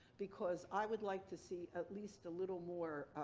because i would like to see at least a little more,